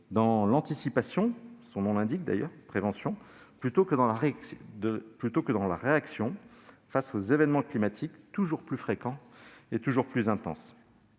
dans l'anticipation plutôt que dans la réaction face aux événements climatiques, qui sont toujours plus fréquents et toujours plus intenses.